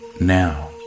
Now